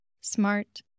smart